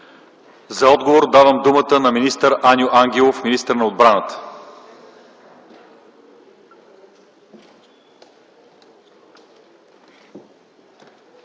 За отговор давам думата на министър Аню Ангелов – министър на отбраната.